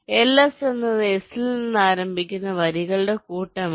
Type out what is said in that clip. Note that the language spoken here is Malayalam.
LS എന്നത് S ൽ നിന്ന് ആരംഭിക്കുന്ന വരികളുടെ കൂട്ടമാണ്